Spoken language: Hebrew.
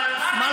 מכל